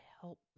help